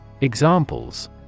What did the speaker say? Examples